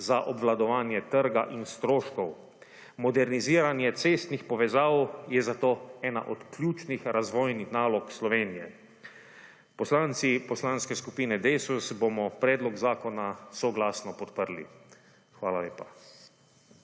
za obvladovanje trga in stroškov. Moderniziranje cestnih povezav je zato ena od ključnih razvojnih nalog Slovenije. Poslanci poslanske skupine Desus bomo predlog zakona soglasno podprli. Hvala lepa.